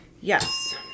yes